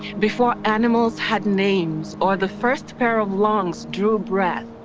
before animals had names, or the first pair of lungs drew breath.